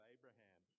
Abraham